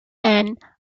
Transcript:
and